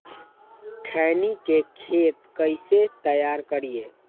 खैनी के खेत कइसे तैयार करिए?